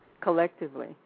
collectively